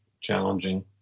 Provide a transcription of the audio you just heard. challenging